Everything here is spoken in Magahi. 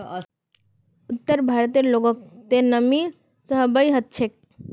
उत्तर भारतेर लोगक त नमी सहबइ ह छेक